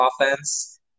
offense